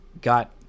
got